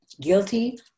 Guilty